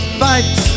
fight